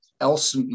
else